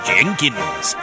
Jenkins